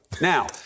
Now